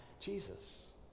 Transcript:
Jesus